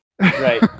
right